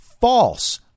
false